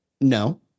No